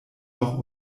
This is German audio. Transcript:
noch